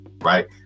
right